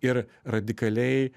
ir radikaliai